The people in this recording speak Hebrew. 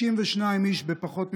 62 איש בפחות מחודשיים.